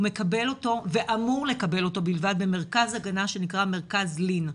הוא מקבל אותו ואמור לקבל אותו בלבד במרכז הגנה שנקרא "מרכז לין",